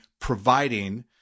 providing